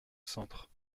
centre